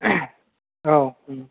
औ ओं